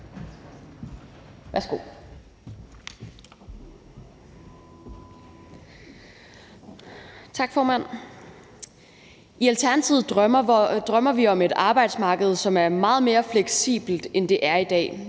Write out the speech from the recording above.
I Alternativet drømmer vi om et arbejdsmarked, som er meget mere fleksibelt, end det er i dag.